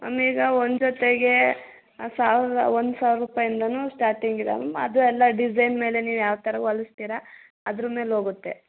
ಒಂದು ಈಗ ಒಂದು ಜೊತೆಗೆ ಆ ಸಾವಿರದ ಒಂದು ಸಾವಿರ ರುಪಾಯಿ ಇಂದನೂ ಸ್ಟಾರ್ಟಿಂಗ್ ಇದೆ ಮ್ಯಾಮ್ ಅದು ಎಲ್ಲ ಡಿಸೈನ್ ಮೇಲೆ ನೀವು ಯಾವ್ತರ ಹೊಲಿಸ್ತೀರ ಅದ್ರ ಮೇಲೆ ಹೋಗುತ್ತೆ